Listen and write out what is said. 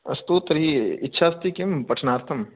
अस्तु तर्हि इच्छा अस्ति किं पठनार्थम्